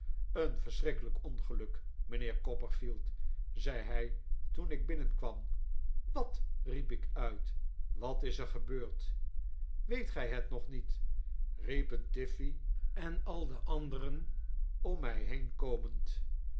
een verschrikkelijk ongeluk mijnheer copperfield zei hij toen ik binnenkwam wat riep ik uit wat is er gebeurd weet gij net nog niet riepen tiffey en al de anderen om mij heen komend